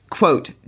Quote